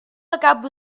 acabo